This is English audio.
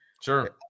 Sure